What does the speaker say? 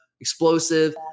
explosive